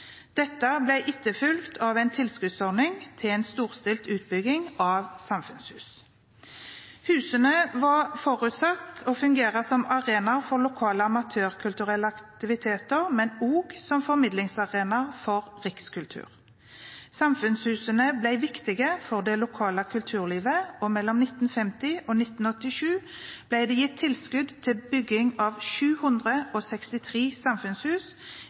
Dette ble etterfulgt av en tilskuddsordning for en storstilt utbygging av samfunnshus. Husene var forutsatt å fungere som arenaer for lokale amatørkulturelle aktiviteter, men også som formidlingsarenaer for rikskultur. Samfunnshusene ble viktige for det lokale kulturlivet, og mellom 1950 og 1987 ble det gitt tilskudd til bygging av 763 samfunnshus,